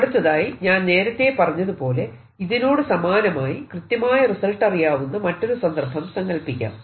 അടുത്തതായി ഞാൻ നേരത്തെ പറഞ്ഞതുപോലെ ഇതിനോട് സമാനമായി കൃത്യമായ റിസൾട്ട് അറിയാവുന്ന മറ്റൊരു സന്ദർഭം സങ്കല്പിക്കാം